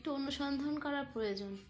একটু অনুসন্ধান করার প্রয়োজন